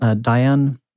Diane